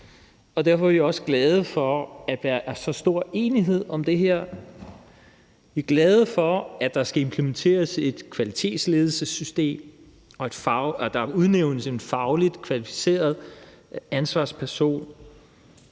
Derfor er vi også glade for, at der er så stor enighed om det her. Vi er glade for, at der skal implementeres et kvalitetsledelsessystem, at der udnævnes en fagligt kvalificeret ansvarsperson,